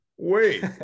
wait